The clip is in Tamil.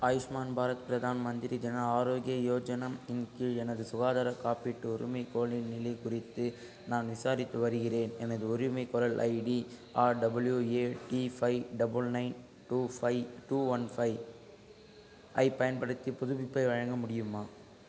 ஆயுஷ்மான் பாரத் பிரதான் மந்திரி ஜன ஆரோக்கிய யோஜனா இன் கீழ் எனது சுகாதார காப்பீட்டு உரிமைக்கோரலின் நிலை குறித்து நான் விசாரித்து வருகிறேன் எனது உரிமைக்கோரல் ID R W A D five double nine two five two one five ஐப் பயன்படுத்தி புதுப்பிப்பை வழங்க முடியுமா